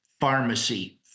pharmacy